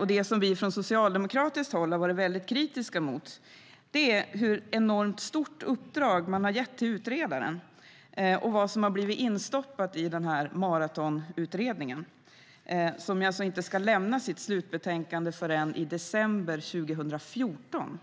och det som vi från socialdemokratiskt håll har varit väldigt kritiska mot, är hur enormt stort uppdrag man har gett till utredaren och vad som har blivit instoppat i maratonutredningen, som inte ska lämna sitt slutbetänkande förrän i december 2014.